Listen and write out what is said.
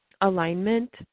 Alignment